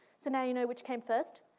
so now you know which came first.